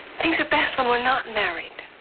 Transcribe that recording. things are best when we're not married.